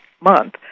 month